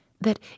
that